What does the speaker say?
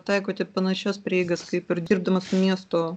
taikote panašios prieigas kaip ir dirbdama su miesto